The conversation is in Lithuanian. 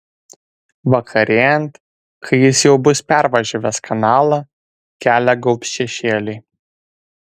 vakarėjant kai jis jau bus pervažiavęs kanalą kelią gaubs šešėliai